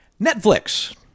Netflix